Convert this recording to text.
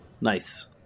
Nice